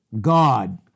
God